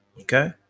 Okay